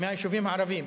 מהיישובים הערביים.